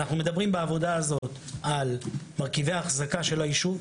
אנחנו מדברים בעבודה הזאת על מרכיבי אחזקה של היישוב,